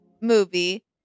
Movie